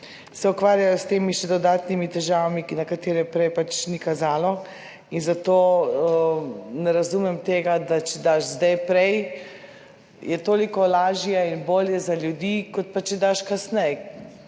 se ukvarjajo s temi še dodatnimi težavami, ki na katere prej pač ni kazalo. In zato ne razumem tega, da če daš zdaj prej, je toliko lažje in bolje za ljudi kot pa če daš kasneje,